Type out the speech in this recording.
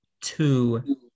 Two